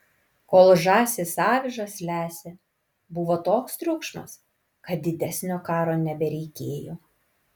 kol žąsys avižas lesė buvo toks triukšmas kad didesnio karo nebereikėjo